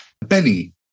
Benny